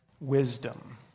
wisdom